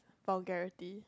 vulgarity